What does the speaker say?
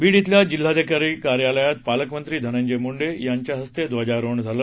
बीड येथील जिल्हाधिकारी कार्यालयात पालकमंत्री धनंजय मुंडे यांच्या हस्ते ध्वजारोहण झालं